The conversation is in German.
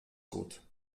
gut